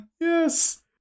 Yes